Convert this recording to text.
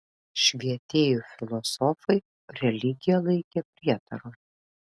švietėjų filosofai religiją laikė prietaru